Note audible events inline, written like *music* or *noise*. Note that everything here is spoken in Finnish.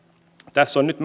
tässä on nyt *unintelligible*